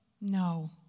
no